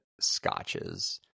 scotches